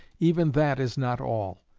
even that is not all.